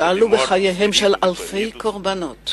שעלו בחייהם של אלפי קורבנות,